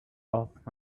off